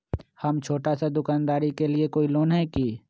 हम छोटा सा दुकानदारी के लिए कोई लोन है कि?